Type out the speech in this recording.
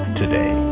today